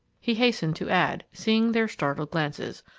he hastened to add, seeing their startled glances.